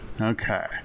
Okay